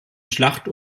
schlacht